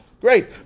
Great